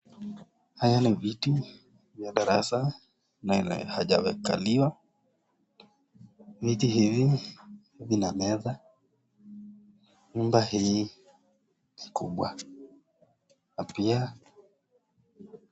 Haya ni viti ya darasa na hayajakaliwa. Viti hivi vina meza. Nyumba hii ni kubwa na pia.